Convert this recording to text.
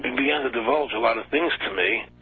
began to divulge a lot of things to me,